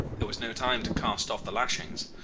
there was no time to cast off the lashings.